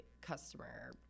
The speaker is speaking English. customer